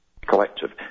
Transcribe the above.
Collective